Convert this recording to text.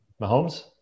Mahomes